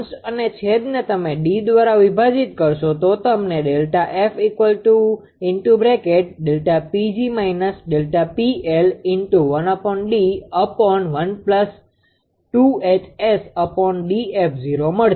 અંશ અને છેદને તમે D દ્વારા વિભાજિત કરશો તો તમને મળશે